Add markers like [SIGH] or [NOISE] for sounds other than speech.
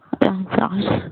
[UNINTELLIGIBLE]